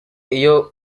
iyo